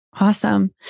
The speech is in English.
Awesome